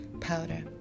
Powder